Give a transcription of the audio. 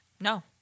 No